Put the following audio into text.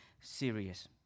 serious